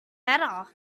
better